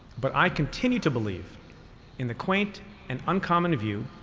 but i continue to believe in the quaint and uncommon view,